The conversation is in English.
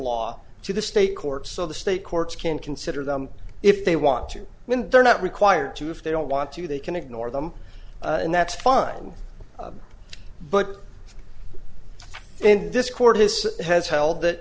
law to the state court so the state courts can consider them if they want to when they're not required to if they don't want to they can ignore them and that's fine but in this court this has held th